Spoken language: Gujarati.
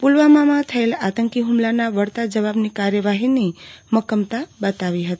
પુલવામાં થયેલ આંતકી ફુમલાના વળતા જવાબની કાર્યવાહીની મકમતા બતાવી હતી